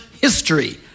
history